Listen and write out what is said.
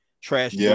Trash